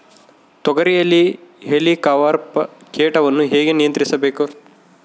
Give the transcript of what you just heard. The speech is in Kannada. ತೋಗರಿಯಲ್ಲಿ ಹೇಲಿಕವರ್ಪ ಕೇಟವನ್ನು ಹೇಗೆ ನಿಯಂತ್ರಿಸಬೇಕು?